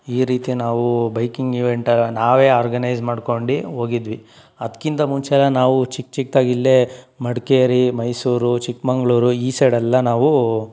ಈ ರೀತಿ ನಾವು ಬೈಕಿಂಗ್ ಇವೆಂಟೆಲ್ಲ ನಾವೇ ಆರ್ಗನೈಜ್ ಮಾಡ್ಕೊಂಡು ಹೋಗಿದ್ವಿ ಅದ್ಕಿಂತ ಮುಂಚೆಯೆಲ್ಲ ನಾವು ಚಿಕ್ಕ ಚಿಕ್ಕದಾಗಿ ಇಲ್ಲೇ ಮಡಿಕೇರಿ ಮೈಸೂರು ಚಿಕ್ಕಮಗಳೂರು ಈ ಸೈಡ್ ಎಲ್ಲ ನಾವೂ